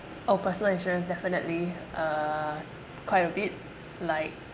oh personal insurance definitely uh quite a bit like